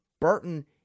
Burton